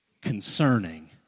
concerning